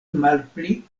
malpli